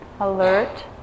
alert